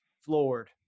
floored